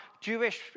Jewish